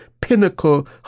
pinnacle